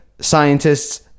scientists